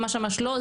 ממש ממש לא,